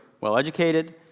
well-educated